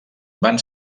van